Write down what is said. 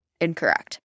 incorrect